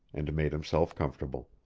and made himself comfortable.